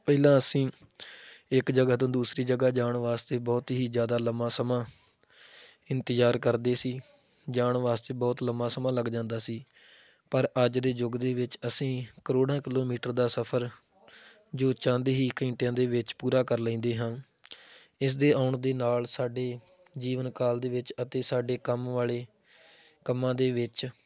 ਪਹਿਲਾਂ ਅਸੀਂ ਇੱਕ ਜਗ੍ਹਾ ਤੋਂ ਦੂਸਰੀ ਜਗ੍ਹਾ ਜਾਣ ਵਾਸਤੇ ਬਹੁਤ ਹੀ ਜ਼ਿਆਦਾ ਲੰਬਾ ਸਮਾਂ ਇੰਤਜ਼ਾਰ ਕਰਦੇ ਸੀ ਜਾਣ ਵਾਸਤੇ ਬਹੁਤ ਲੰਬਾ ਸਮਾਂ ਲੱਗ ਜਾਂਦਾ ਸੀ ਪਰ ਅੱਜ ਦੇ ਯੁੱਗ ਦੇ ਵਿੱਚ ਅਸੀਂ ਕਰੋੜਾਂ ਕਿਲੋਮੀਟਰ ਦਾ ਸਫ਼ਰ ਜੋ ਚੰਦ ਹੀ ਘੰਟਿਆਂ ਦੇ ਵਿੱਚ ਪੂਰਾ ਕਰ ਲੈਂਦੇ ਹਾਂ ਇਸ ਦੇ ਆਉਣ ਦੇ ਨਾਲ ਸਾਡੇ ਜੀਵਨ ਕਾਲ ਦੇ ਵਿੱਚ ਅਤੇ ਸਾਡੇ ਕੰਮ ਵਾਲੇ ਕੰਮਾਂ ਦੇ ਵਿੱਚ